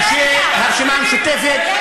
אנשי הרשימה המשותפת,